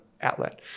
outlet